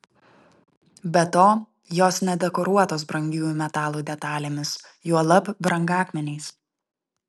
be to jos nedekoruotos brangiųjų metalų detalėmis juolab brangakmeniais